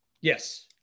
Yes